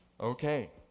Okay